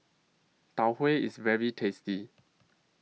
Tau Huay IS very tasty